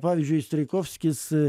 pavyzdžiui streikovskis